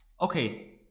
okay